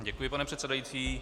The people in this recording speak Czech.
Děkuji, pane předsedající.